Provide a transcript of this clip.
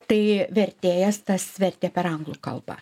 tai vertėjas tas vertė per anglų kalbą